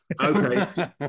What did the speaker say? Okay